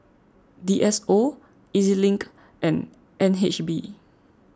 D S O E Z Link and N H B